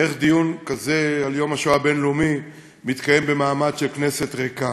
איך דיון כזה על יום השואה הבין-לאומי מתקיים במעמד שהכנסת ריקה.